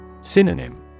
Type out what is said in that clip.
Synonym